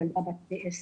היא ילדה בת 10: